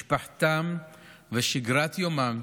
את משפחתם ואת שגרת יומם,